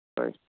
হয়